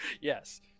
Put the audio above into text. Yes